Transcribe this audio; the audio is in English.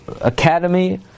academy